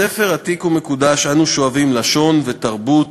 מספר עתיק ומקודש אנו שואבים לשון ותרבות,